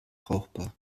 brauchbar